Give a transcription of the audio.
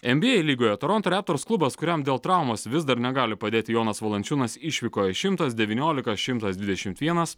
nba lygoje toronto raptors klubas kuriam dėl traumos vis dar negali padėti jonas valančiūnas išvykoje šimtas devyniolika šimtas dvidešimt vienas